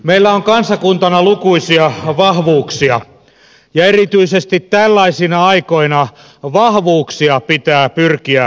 meillä on kansakuntana lukuisia vahvuuksia ja erityisesti tällaisina aikoina vahvuuksia pitää pyrkiä vahvistamaan